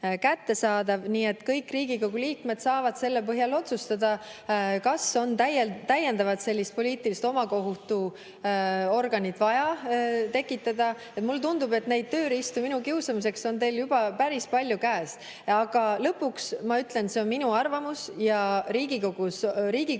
kättesaadav. Nii et kõik Riigikogu liikmed saavad selle põhjal otsustada, kas on vaja täiendavalt sellist poliitilise omakohtu organit tekitada. Mulle tundub, et neid tööriistu minu kiusamiseks on teil juba päris palju käes. Aga lõpuks ma ütlen, et see on minu arvamus, ja Riigikogu otsustab.